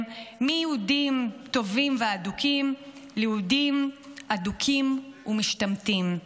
מיהודים טובים ואדוקים ליהודים אדוקים ומשתמטים.